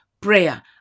prayer